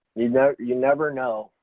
you know you never know,